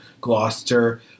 Gloucester